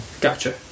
Gotcha